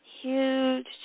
huge